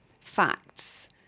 facts